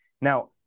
Now